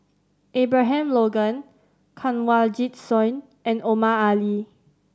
Abraham Logan Kanwaljit Soin and Omar Ali